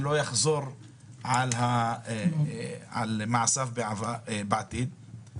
שלא יחזור על מעשיו בעתיד.